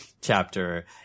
chapter